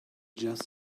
just